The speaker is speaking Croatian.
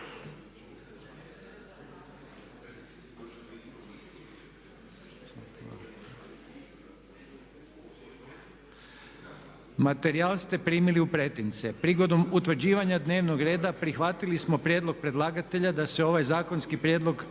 Materijal ste primili u pretince. Prigodom utvrđivanja dnevnog reda prihvatili smo prijedlog predlagatelja da se ovaj zakonski prijedlog